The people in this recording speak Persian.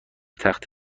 تخت